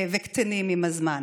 וקטנות עם הזמן.